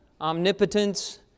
omnipotence